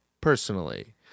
personally